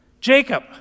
Jacob